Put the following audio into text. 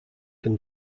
can